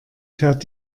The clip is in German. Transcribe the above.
fährt